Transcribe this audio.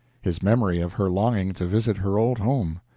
his memory of her longing to visit her old home.